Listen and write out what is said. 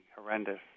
horrendous